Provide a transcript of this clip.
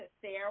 Sarah